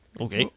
Okay